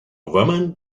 woman